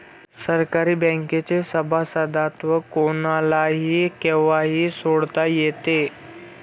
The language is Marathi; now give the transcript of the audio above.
सहकारी बँकेचे सभासदत्व कोणालाही केव्हाही सोडता येते